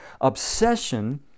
Obsession